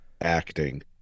acting